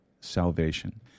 salvation